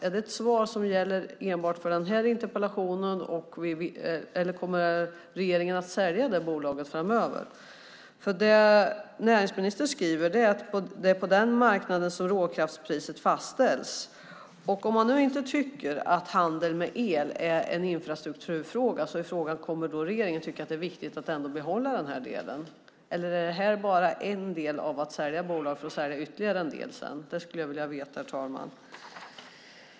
Är det ett svar som gäller enbart för den här interpellationen, eller kommer regeringen att sälja det bolaget framöver? Näringsministern skriver att det är på den marknaden som råkraftspriset fastställs. Om man nu inte tycker att handel med el är en infrastrukturfråga är frågan: Kommer regeringen att tycka att det är viktigt att ändå behålla den här delen, eller är det här bara försäljning av en del av ett bolag, och kommer man att sälja ytterligare en del sedan? Det skulle jag vilja veta, herr talman.